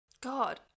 God